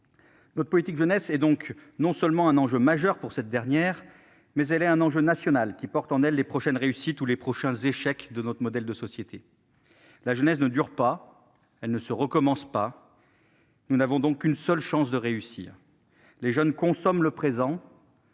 Notre politique de la jeunesse est donc non seulement un enjeu majeur pour cette dernière, mais aussi un enjeu national qui porte en lui les prochaines réussites ou les prochains échecs de notre modèle de société. La jeunesse ne dure pas, elle ne se recommence pas. Nous n'avons donc qu'une seule chance de réussir. Les jeunes consomment le présent